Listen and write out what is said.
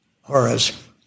Horace